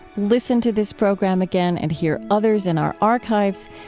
listen to this program again and hear others in our archives.